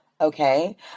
Okay